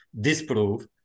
disprove